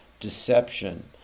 deception